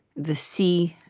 the sea,